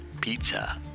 pizza